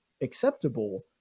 acceptable